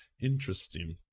Interesting